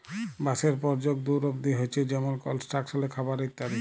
বাঁশের পরয়োগ দূর দূর অব্দি হছে যেমল কলস্ট্রাকশলে, খাবারে ইত্যাদি